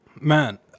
Man